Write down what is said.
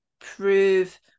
prove